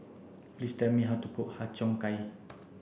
please tell me how to cook Har Cheong Gai